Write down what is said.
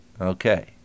Okay